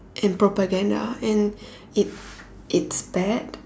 and propaganda and it it's bad